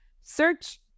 Search